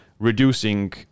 reducing